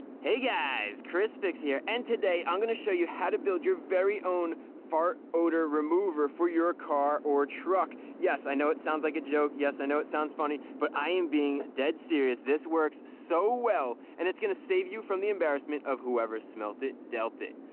hey guys chrisfix here and today i'm gonna show you how to build your very own fart odor remover for your car or truck. yes i know it sounds like a joke. yes. i know it sounds funny but i am being dead serious. this works so well and it's gonna save you from the embarrassment of whoever smelt it, dealt it.